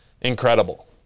incredible